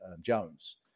Jones